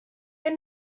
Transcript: your